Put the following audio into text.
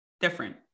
different